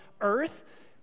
earth